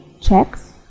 checks